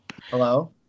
Hello